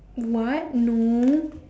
what no